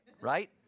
right